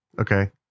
Okay